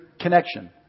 connection